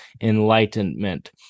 enlightenment